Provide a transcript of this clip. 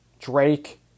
Drake